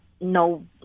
no